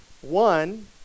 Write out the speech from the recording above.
One